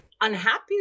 unhappy